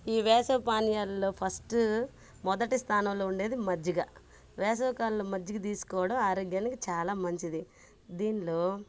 ఈ వేసవి పానీయాల్లో ఫస్ట్ మొదటి స్థానంలో ఉండేది మజ్జిగ వేసవికాలంలో మజ్జిగ తీసుకోవడం ఆరోగ్యానికి చాలా మంచిది దీనిలో